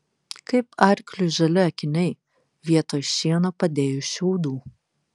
kaip arkliui žali akiniai vietoj šieno padėjus šiaudų